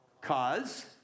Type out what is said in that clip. cause